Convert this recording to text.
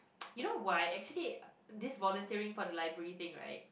you know why actually this volunteering for the library thing right